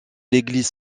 l’église